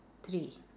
three